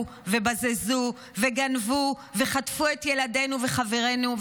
ובזזו וגנבו וחטפו את ילדינו וחברינו,